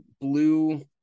blue